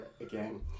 again